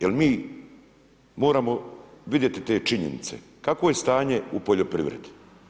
Jer mi moramo vidjeti te činjenice kakvo je stanje u poljoprivredi.